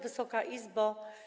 Wysoka Izbo!